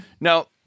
Now